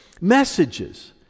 messages